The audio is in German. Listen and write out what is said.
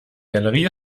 galerie